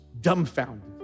dumbfounded